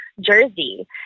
jersey